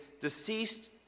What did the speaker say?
deceased